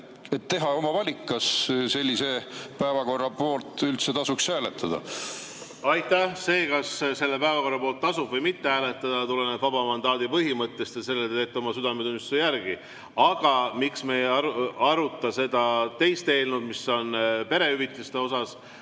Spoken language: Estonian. teha oma valiku, kas sellise päevakorra poolt üldse tasuks hääletada. Aitäh! See, kas selle päevakorra poolt tasub või ei tasu hääletada, tuleneb vaba mandaadi põhimõttest ja selle te teete oma südametunnistuse järgi. Aga miks me ei aruta seda teist eelnõu, mis on perehüvitiste kohta?